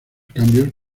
cambios